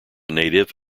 native